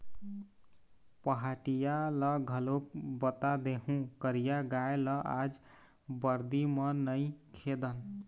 पहाटिया ल घलोक बता देहूँ करिया गाय ल आज बरदी म नइ खेदन